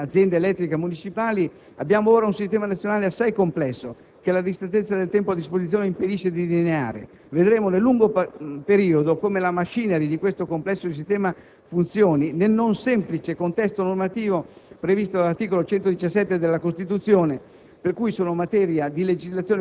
Al posto dell'ENEL e di alcune aziende elettriche municipali abbiamo ora un sistema nazionale assai complesso, che la ristrettezza del tempo a disposizione impedisce di delineare. Vedremo nel lungo periodo come la *machinery* di questo complesso sistema funzioni nel non semplice contesto normativo previsto dall'articolo 117 della Costituzione